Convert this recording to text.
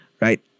right